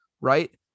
Right